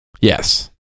Yes